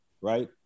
right